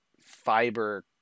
fiber